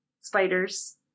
Spiders